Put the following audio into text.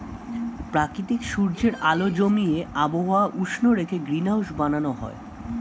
প্রাকৃতিক সূর্যের আলো জমিয়ে আবহাওয়া উষ্ণ রেখে গ্রিনহাউস বানানো হয়